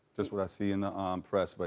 just what i see in the um press, but